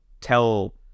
tell